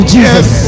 Jesus